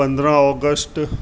पंद्रहं ऑगस्ट